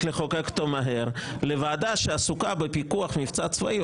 לחוקק אותו מהר לוועדה שעסוקה בפיקוח מבצע צבאי?